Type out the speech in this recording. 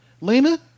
Lena